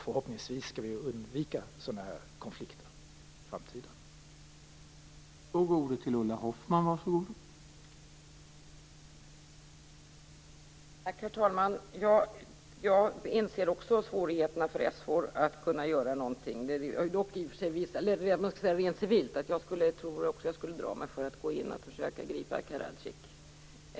Förhoppningsvis skall vi undvika sådana här konflikter i framtiden.